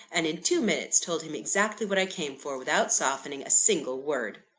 and in two minutes told him exactly what i came for, without softening a single word.